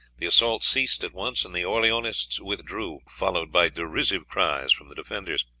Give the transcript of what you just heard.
the assault ceased at once, and the orleanists withdrew, followed by derisive cries from the defenders.